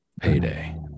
Payday